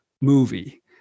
movie